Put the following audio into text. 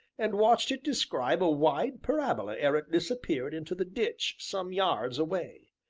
and watched it describe a wide parabola ere it disappeared into the ditch, some yards away.